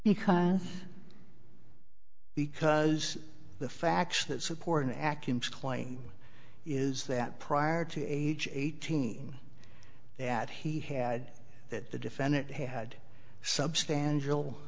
because because the facts that support an akc imp's claim is that prior to age eighteen that he had that the defendant had substantial